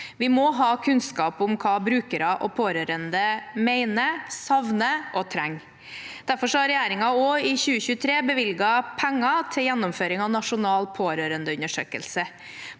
Vi må ha kunnskap om hva brukere og pårørende mener, savner og trenger. Derfor har regjeringen også i 2023 bevilget penger til gjennomføring av Nasjonal pårørendeundersøkelse.